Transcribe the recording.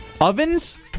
Ovens